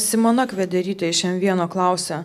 simona kvederytė iš m vieno klausia